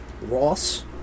Ross